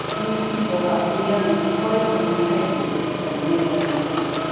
these people have nearly twice the mortality deaths than never-smokers.